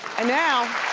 and now